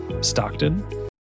Stockton